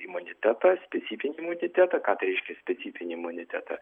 imunitetą specifinį imunitetą ką tai reiškia specifinį imunitetą